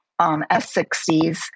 S60s